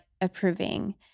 approving